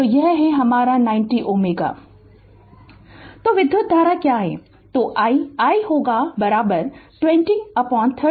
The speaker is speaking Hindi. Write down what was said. तो ये है हमारा 90Ω Refer Slide Time 0247 तो विधुत धारा क्या है तो i i होगा 20 30 90